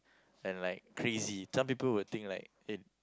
and like crazy some people would think like it